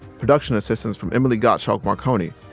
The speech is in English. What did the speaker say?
production assistance from emily gottschalk-marconi,